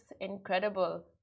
incredible